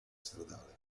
stradale